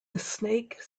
snake